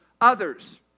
others